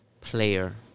player